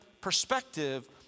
perspective